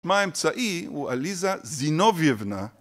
שמה האמצעי הוא עליזה זינוביבנה